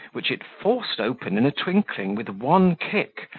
which it forced open in a twinkling, with one kick,